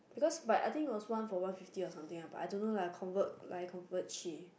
because but I think was one for one fifty or something ah but I don't know lah convert like convert